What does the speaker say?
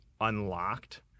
unlocked